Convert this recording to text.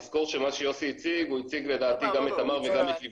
תזכור שמה שיוסי הציג הוא הציג לדעתי גם את תמר וגם את לווייתן.